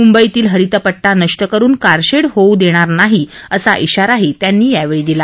मुंबईतील हरितपट्टा नष्ट करून कारशेड होऊ देणार नाही असा इशाराही त्यांनी यावेळी दिला